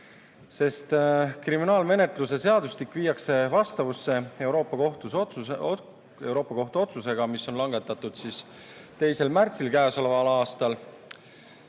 sest kriminaalmenetluse seadustik viiakse vastavusse Euroopa Kohtu otsusega, mis on langetatud käesoleva aasta